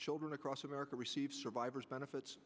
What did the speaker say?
children across america receive survivor's benefits